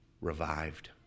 revived